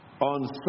on